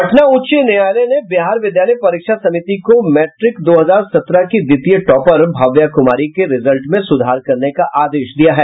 पटना उच्च न्यायालय ने बिहार विद्यालय परीक्षा समिति को मैट्रिक दो हजार सत्रह की द्वितीय टॉपर भाव्या कुमारी के रिजल्ट में सुधार करने का आदेश दिया है